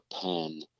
pen